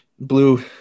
blue